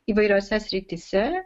įvairiose srityse